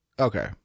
Okay